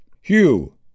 Hugh